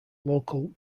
local